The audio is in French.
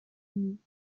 nuit